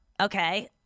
Okay